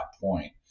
point